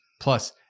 plus